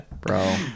bro